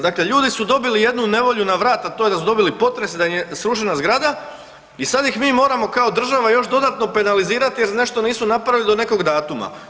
Dakle, ljudi su dobili jednu nevolju na vrat, a to je da su dobili potres i da im je srušena zgrada i sada ih mi moramo kao država još dodatno penalizirati jer nešto nisu napravili do nekog datuma.